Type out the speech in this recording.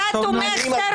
אני מבטיח לך,